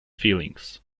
feelings